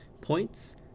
points